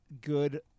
good